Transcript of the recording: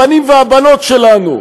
הבנים והבנות שלנו,